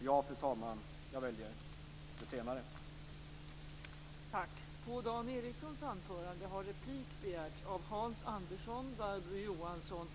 Jag, fru talman, väljer det senare.